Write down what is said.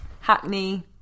Hackney